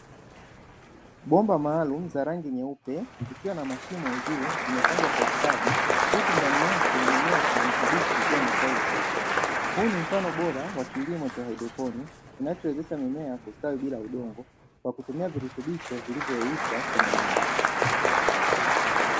Bomba maalumu za rangi nyeupe zikiwa na mashimo juu zimepangwa kwa ustadi, huku ndani yake mimea ya kijani kibichi ikiwa imestawi vizuri. Huu ni mfano bora wa kilimo cha haidroponi kinachowezesha mimea kustawi bila udongo kwa kutumia virutubisho vilivyoyeyushwa kwenye maji.